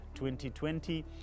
2020